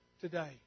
today